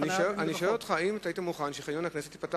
אני שואל אותך אם היית מוכן שחניון הכנסת ייפתח